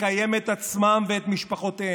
לקיים את עצמם ואת משפחותיהם.